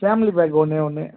family pack ஒன்றே ஒன்று